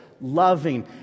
loving